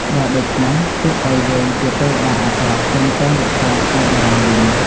បើដូច្នេះទុកអោយយើងជាទេវតាអាក្រក់ចេញទៅរក្សាស្តេចម្តងវិញ។